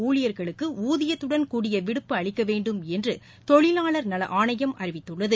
ஊழியர்களுக்குஊதியத்துடன் கூடிய விடுப்பு அளிக்கவேண்டும் என்றுதொழிலாளர் நலஆணையம் அறிவித்துள்ளது